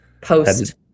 post